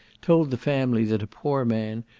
told the family that a poor man,